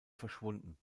verschwunden